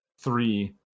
three